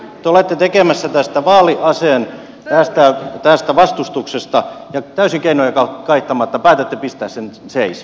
te olette tekemässä vaaliaseen tästä vastustuksesta ja täysin keinoja kaihtamatta päätätte pistää sen seis